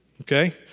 Okay